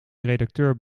redacteur